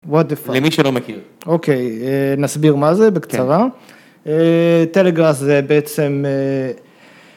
למי שלא מכיר. אוקיי, נסביר מה זה בקצרה. Telegrass זה בעצם...